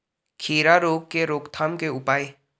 खीरा रोग के रोकथाम के उपाय?